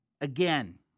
again